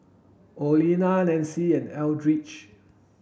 Olena Nanci and Eldridge